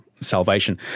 salvation